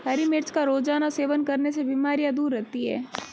हरी मिर्च का रोज़ाना सेवन करने से बीमारियाँ दूर रहती है